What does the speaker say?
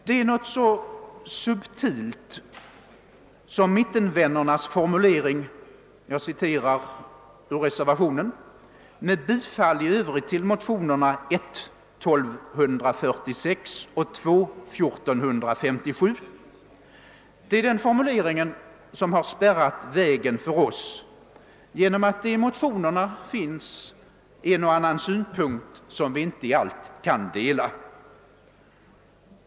Det är något så subtilt som mittenvännernas formulering >med bifall i öv rigt till motionerna I: 1246 och II: 1457» som har spärrat vägen för oss genom att det i motionerna finns en och annan synpunkt som vi inte i allt kan dela.